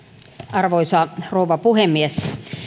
arvoisa rouva puhemies